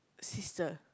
sister